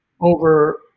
over